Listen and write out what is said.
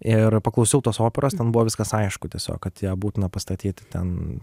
ir paklausiau tos operos ten buvo viskas aišku tiesiog kad ją būtina pastatyti ten